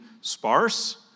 sparse